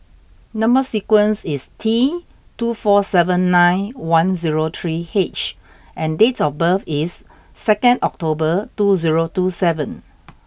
number sequence is T two four seven nine one zero three H and date of birth is second October two zero two seven